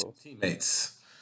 teammates